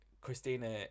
Christina